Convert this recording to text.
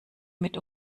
mit